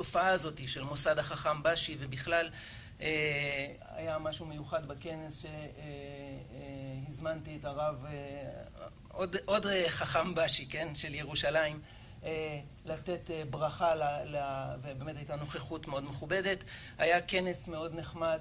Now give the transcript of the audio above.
התופעה הזאת של מוסד החכם באשי, ובכלל, היה משהו מיוחד בכנס שהזמנתי את הרב, עוד, עוד חכם באשי, כן? של ירושלים, לתת ברכה ל... ובאמת הייתה נוכחות מאוד מכובדת. היה כנס מאוד נחמד